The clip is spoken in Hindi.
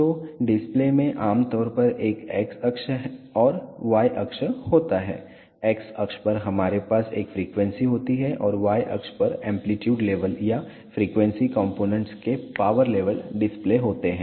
तो डिस्प्ले में आमतौर पर एक x अक्ष और y अक्ष होता है x अक्ष पर हमारे पास एक फ्रीक्वेंसी होती है और y अक्ष पर एंप्लीट्यूड लेवल या फ्रीक्वेंसी कंपोनेंट्स के पावर लेवल डिस्प्ले होते हैं